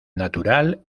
natural